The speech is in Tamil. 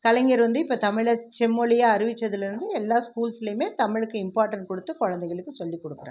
கலைஞர் வந்து இப்போ தமிழை செம்மொழியாக அறிவிச்சதுலேருந்து எல்லா ஸ்கூல்ஸ்லேயுமே தமிழுக்கு இம்பார்ட்டண்ட் கொடுத்து குழந்தைகளுக்கு சொல்லி கொடுக்குறாங்க